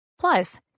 Plus